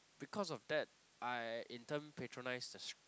because of that I in turn patronise the